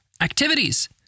activities